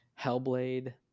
hellblade